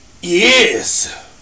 yes